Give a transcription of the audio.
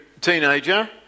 teenager